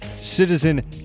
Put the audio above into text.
Citizen